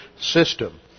system